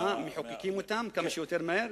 מחוקקים אותם כמה שיותר מהר?